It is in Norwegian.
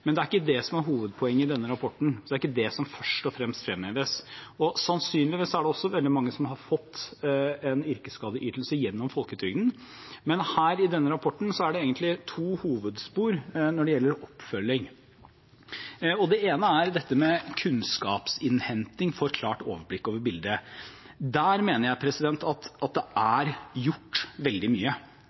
Men det er ikke det som er hovedpoenget i denne rapporten, det er ikke det som først og fremst fremheves. Sannsynligvis er det også veldig mange som har fått en yrkesskadeytelse gjennom folketrygden. I denne rapporten er det egentlig to hovedspor når det gjelder oppfølging. Det ene er dette med kunnskapsinnhenting for å få et klart overblikk over bildet. Der mener jeg at det er gjort veldig mye,